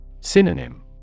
Synonym